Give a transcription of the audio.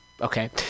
Okay